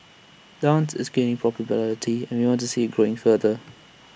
dance is gaining popularity and we want to see IT growing further